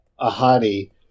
ahadi